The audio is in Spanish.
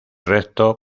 recto